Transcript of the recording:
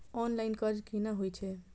Online कर्ज केना होई छै?